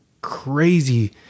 crazy